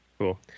Cool